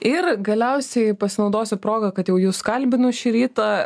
ir galiausiai pasinaudosiu proga kad jau jus kalbinu šį rytą